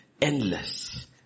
endless